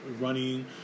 running